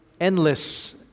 endless